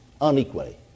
unequally